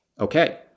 Okay